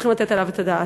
שצריכים לתת עליו את הדעת.